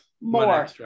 more